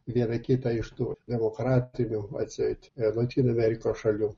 vieną kitą iš to demokratinių atseit lotynų amerikos šalių